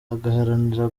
agaharanira